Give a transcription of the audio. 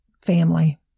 family